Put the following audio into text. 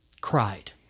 cried